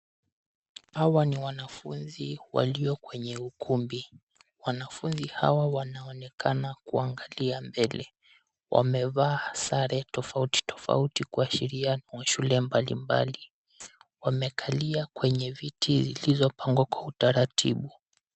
Hawa ni wanafunzi walio kwenye ukumbi. Wanafunzi hawa wanaonekana kuangalia mbele. Wamevaa sare tofauti tofauti kuashiria kuna shule mbalimbali. Wamekalia kwenye viti zilizopangwa kwa utaratibu.